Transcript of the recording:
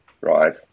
right